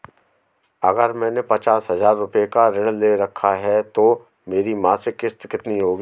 अगर मैंने पचास हज़ार रूपये का ऋण ले रखा है तो मेरी मासिक किश्त कितनी होगी?